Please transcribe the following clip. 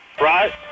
right